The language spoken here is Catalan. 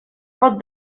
pot